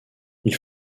ils